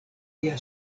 lia